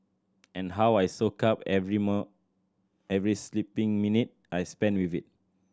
and how I soak up every every sleeping minute I spend with it